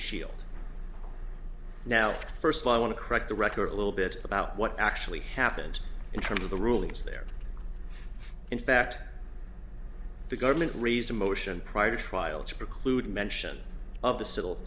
shield now first i want to correct the record a little bit about what actually happened in terms of the rulings there in fact the government raised the motion prior to trial to preclude mention of the civil